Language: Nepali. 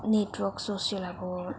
नेट वर्क सोसियल अब